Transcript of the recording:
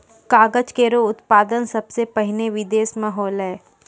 कागज केरो उत्पादन सबसें पहिने बिदेस म होलै